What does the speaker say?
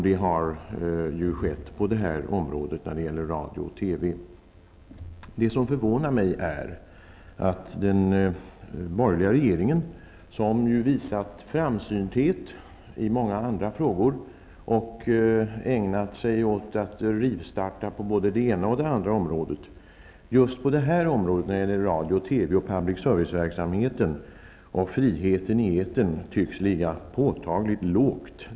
Det har skett på området radio -- TV. Det som förvånar mig är att den borgerliga regeringen, som ju visat framsynthet i många andra frågor och som ägnat sig åt att rivstarta på både det ena och det andra området, just på områdena radio -- TV, publicservice-verksamhet och frihet i etern tycks ligga påtagligt lågt.